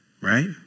Right